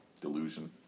delusion